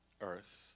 earth